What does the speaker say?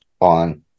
on